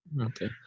Okay